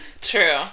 True